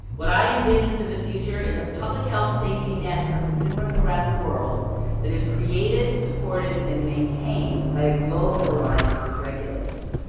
what i envision for the future is a public health safety net for consumers around the world that is created, supported and maintained by a global alliance of regulators.